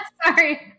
Sorry